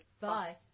Bye